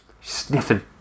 Sniffing